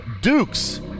Dukes